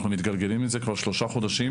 אנחנו מתגלגלים עם זה כבר שלושה חודשים,